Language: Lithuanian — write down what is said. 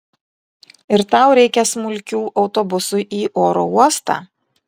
ir tau reikia smulkių autobusui į oro uostą